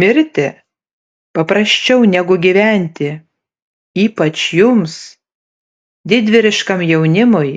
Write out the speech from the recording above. mirti paprasčiau negu gyventi ypač jums didvyriškam jaunimui